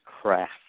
craft